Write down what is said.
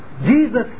Jesus